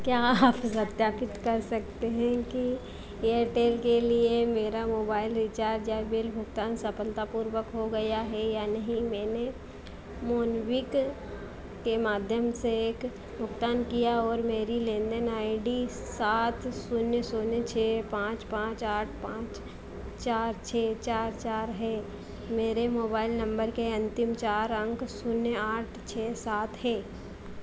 क्या आप सत्यापित कर सकते हैं कि एयरटेल के लिए मेरा मोबाइल रिचार्ज या बिल भुगतान सफलतापूर्वक हो गया है या नहीं मैंने मोबिक्विक के माध्यम से एक भुगतान किया और मेरी लेनदेन आई डी सात शून्य शून्य छह पाँच पाँच आठ पाँच चार छह चार चार है मेरे मोबाइल नम्बर के अन्तिम चार अंक शून्य आठ छह सात हैं